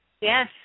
Yes